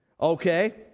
Okay